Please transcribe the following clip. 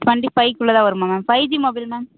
twenty ஃபைவ்குள்ளே தான் வருமா ma'am five G mobile ma'am